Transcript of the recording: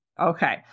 Okay